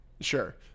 Sure